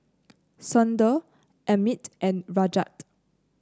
Sundar Amit and Rajat